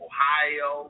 Ohio